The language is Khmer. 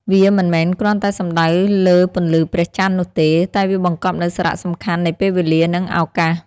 វាមិនមែនគ្រាន់តែសំដៅលើពន្លឺព្រះចន្ទនោះទេ តែវាបង្កប់នូវសារៈសំខាន់នៃពេលវេលា និងឱកាស។